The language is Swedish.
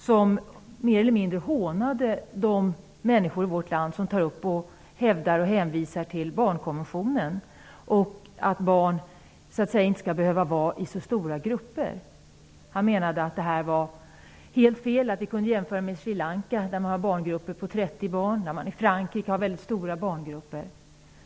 Han mer eller mindre hånade de människor i vårt land som utifrån barnkonventionen hävdar att barn inte skall behöva vara i så stora grupper. Hans Bergström menade att det var helt fel, att vi kunde jämföra vårt land med Sri Lanka, där man har barngrupper på 30 barn, eller Frankrike, där man har väldigt stora barngrupper.